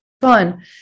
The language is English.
fun